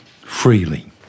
freely